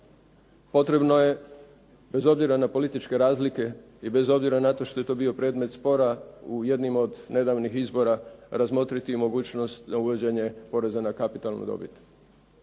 Potrebno je bez obzira na političke razlike i bez obzira na to što je to bio predmet spora u jednim od nedavnih izbora razmotriti mogućnost za uvođenje poreza na kapitalnu dobit.